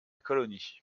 colonie